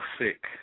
Sick